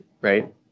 right